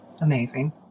Amazing